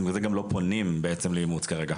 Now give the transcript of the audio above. ובגלל זה גם לא פונים לאימוץ כרגע.